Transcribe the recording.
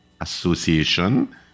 Association